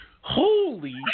Holy